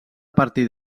partir